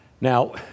Now